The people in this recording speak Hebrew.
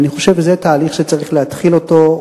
אני חושב שזה תהליך שצריך להתחיל אותו,